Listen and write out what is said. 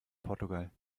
portugal